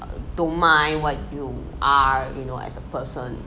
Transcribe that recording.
don't mind what you are you know as a person